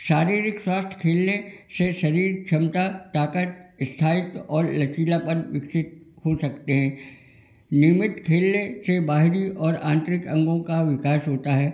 शारीरिक स्वास्थ्य खेलने से शरीर क्षमता ताकत स्थायित्व और लचीलापन विकसित हो सकते हैं नियमित खेलने से बाहरी और आंतरिक अंगों का विकास होता है